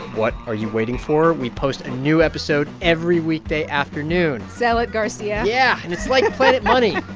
what are you waiting for? we post a new episode every week day afternoon sell it, garcia yeah. and it's like planet money,